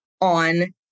on